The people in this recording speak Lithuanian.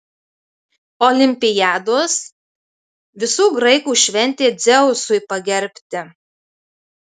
olimpiados visų graikų šventė dzeusui pagerbti